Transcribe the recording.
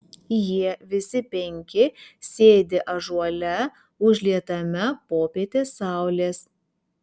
jie visi penki sėdi ąžuole užlietame popietės saulės